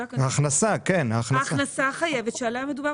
אני חושבת שהיא נכנסת להגדרת